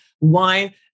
wine